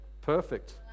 Perfect